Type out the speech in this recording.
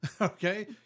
Okay